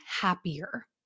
happier